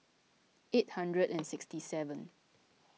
eight hundred and sixty seven